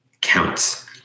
counts